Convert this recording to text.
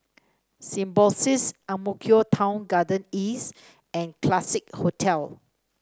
Symbiosis Ang Mo Kio Town Garden East and Classique Hotel